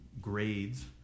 grades